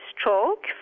stroke